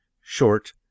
short